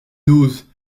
n’ose